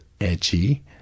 edgy